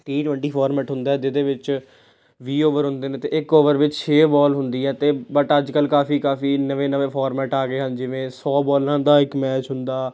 T twenty format ਹੁੰਦਾ ਜਿਹਦੇ ਵਿੱਚ ਵੀਹ ਓਵਰ ਹੁੰਦੇ ਨੇ ਅਤੇ ਇੱਕ ਓਵਰ ਵਿੱਚ ਛੇ ਬੋਲ ਹੁੰਦੀ ਹੈ ਅਤੇ ਬਟ ਅੱਜ ਕੱਲ੍ਹ ਕਾਫੀ ਕਾਫੀ ਨਵੇਂ ਨਵੇਂ ਫੋਰਮੈਟ ਆ ਗਏ ਹਨ ਜਿਵੇਂ ਸੌ ਬੋਲਾਂ ਦਾ ਇੱਕ ਮੈਚ ਹੁੰਦਾ